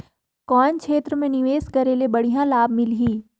कौन क्षेत्र मे निवेश करे ले बढ़िया लाभ मिलही?